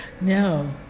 No